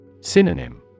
Synonym